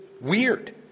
weird